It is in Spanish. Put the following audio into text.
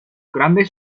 grandes